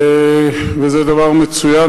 זה דבר מצוין,